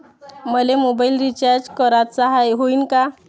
मले mobile recharge कराचा हाय, होईनं का?